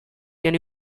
can